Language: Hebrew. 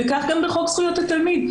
וכך גם בחוק זכויות התלמיד,